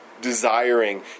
desiring